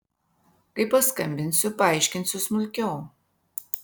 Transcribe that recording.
kai paskambinsiu paaiškinsiu smulkiau